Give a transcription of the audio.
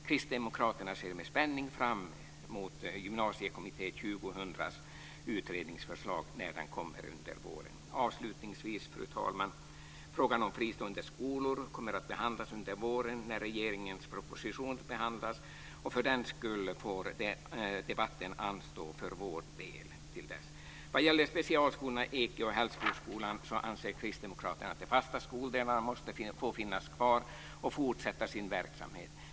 Kristdemokraterna ser med spänning fram emot när utredningsförslaget från Gymnasiekommitté 2000 ska läggas fram under våren. Fru talman! Frågan om fristående skolor kommer att behandlas under våren när regeringens proposition behandlas. För den sakens skull får debatten anstå för vår del. Vad gäller specialskolorna Eke och Hällsboskolan anser kristdemokraterna att de fasta skoldelarna måste få finnas kvar och fortsätta sin verksamhet.